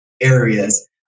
areas